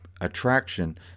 attraction